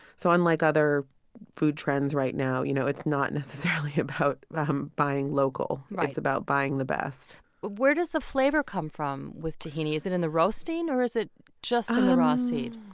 so unlike other food trends right now, you know it's not necessarily about um buying local. like it's about buying the best where does the flavor come from with tahini? is it in the roasting or is it just in the raw seed?